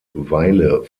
weile